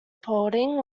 paulding